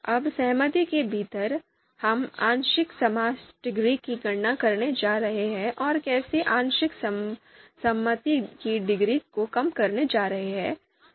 अब सहमति के भीतर हम आंशिक समवर्ती डिग्री की गणना करने जा रहे हैं और कैसे आंशिक सहमति की डिग्री को कम करने जा रहे हैं